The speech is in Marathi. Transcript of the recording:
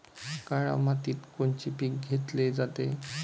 काळ्या मातीत कोनचे पिकं घेतले जाते?